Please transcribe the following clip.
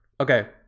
Okay